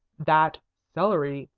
that celery,